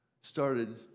started